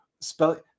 spell